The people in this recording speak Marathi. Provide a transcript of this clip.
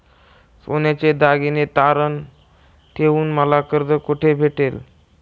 सोन्याचे दागिने तारण ठेवून मला कर्ज कुठे भेटेल?